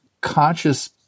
conscious